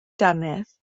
dannedd